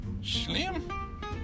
Slim